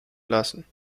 lassen